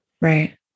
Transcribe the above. right